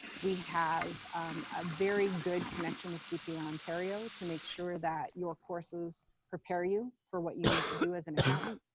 we have a very good connection with cpa ontario to make sure that your courses prepare you for what you need to do as an accountant.